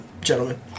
gentlemen